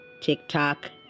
TikTok